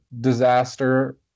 disaster